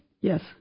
Yes